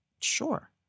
Sure